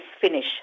finish